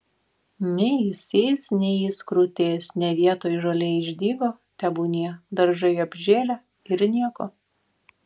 nei jis eis nei jis krutės ne vietoj žolė išdygo tebūnie daržai apžėlę ir nieko